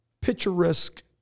picturesque